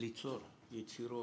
ליצור יצירות,